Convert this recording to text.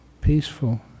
peaceful